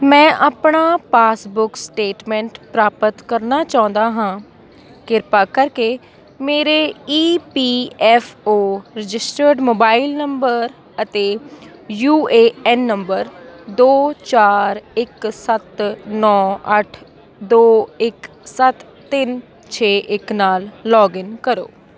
ਮੈਂ ਆਪਣਾ passbook statement ਪ੍ਰਾਪਤ ਕਰਨਾ ਚਾਹੁੰਦਾ ਹਾਂ ਕਿਰਪਾ ਕਰਕੇ ਮੇਰੇ E P F O registered mobile number ਅਤੇ ਯੂ ਏ ਐਨ ਨੰਬਰ ਦੋ ਚਾਰ ਇੱਕ ਸੱਤ ਨੌਂ ਅੱਠ ਦੋ ਇੱਕ ਸੱਤ ਤਿੰਨ ਛੇ ਇੱਕ ਨਾਲ ਲੌਗਇਨ ਕਰੋ